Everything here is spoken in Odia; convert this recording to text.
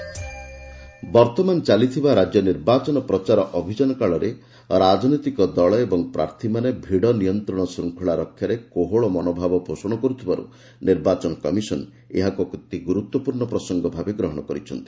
ନିର୍ବାଚନ ପ୍ରଚାର ବର୍ତମାନ ଚାଲିଥିବା ରାଜ୍ୟ ନିର୍ବାଚନ ପ୍ରଚାର ଅଭିଯାନ କାଳରେ ରାଜନୈତିକ ଦଳ ଓ ପ୍ରାର୍ଥୀମାନେ ଭିଡ ନିୟନ୍ତ୍ରଣ ଶୃଙ୍ଖଳା ରକ୍ଷାରେ କୋହଳ ମନୋଭାବ ପୋଷଣ କରୁଥିବାକୁ ନିର୍ବାଚନ କମିଶନ୍ ଏହାକୁ ଅତିଗୁରୁତ୍ୱପୂର୍ଣ୍ଣ ପ୍ରସଙ୍ଗ ଭାବେ ଗ୍ରହଣ କରିଛନ୍ତି